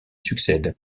succède